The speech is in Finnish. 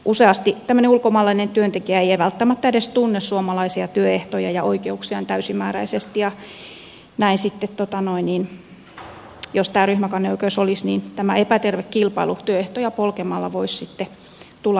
useasti tämmöinen ulkomaalainen työntekijä ei välttämättä edes tunne suomalaisia työehtoja ja oikeuksiaan täysimääräisesti ja näin sitten jos tämä ryhmäkanneoikeus olisi tämä epäterve kilpailu työehtoja polkemalla voisi tulla ehkäistyksi